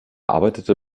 arbeitete